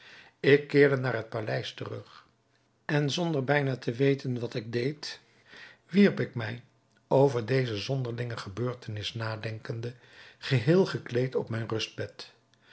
ik keerde naar het paleis terug en zonder bijna te weten wat ik deed wierp ik mij over deze zonderlinge gebeurtenis nadenkende geheel gekleed op mijn